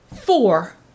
Four